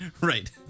Right